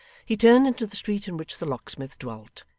he turned into the street in which the locksmith dwelt,